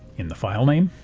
in the file name